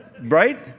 Right